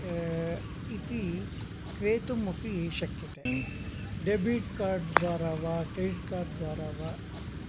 इति क्रेतुम् अपि शक्यते डेबिट् कार्ड् द्वारा वा क्रेडिट् कार्ड् द्वारा वा